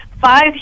Five